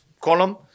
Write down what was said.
column